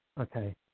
Okay